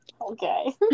okay